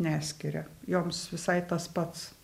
neskiria joms visai tas pats